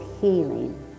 healing